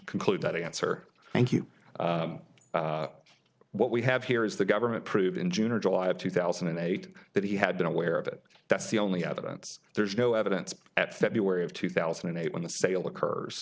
conclude that answer thank you what we have here is the government proved in june or july of two thousand and eight that he had been aware of it that's the only evidence there is no evidence at february of two thousand and eight when the sale occurs